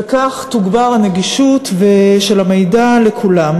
וכך תוגבר הנגישות של המידע לכולם.